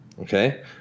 Okay